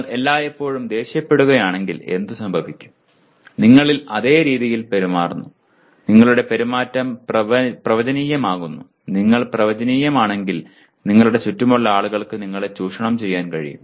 നിങ്ങൾ എല്ലായ്പ്പോഴും ദേഷ്യപ്പെടുകയാണെങ്കിൽ എന്തു സംഭവിക്കും നിങ്ങൾ അതേ രീതിയിൽ പെരുമാറുന്നു നിങ്ങളുടെ പെരുമാറ്റം പ്രവചനീയമാകുന്നു നിങ്ങൾ പ്രവചനീയമാണെങ്കിൽ നിങ്ങളുടെ ചുറ്റുമുള്ള ആളുകൾക്ക് നിങ്ങളെ ചൂഷണം ചെയ്യാൻ കഴിയും